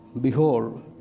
behold